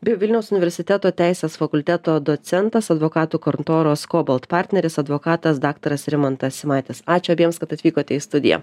bei vilniaus universiteto teisės fakulteto docentas advokatų kontoros kobalt partneris advokatas daktars rimantas simaitis ačiū abiems kad atvykote į studiją